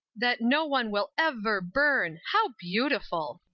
that no one will ev-ver burn! how beautiful!